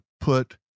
put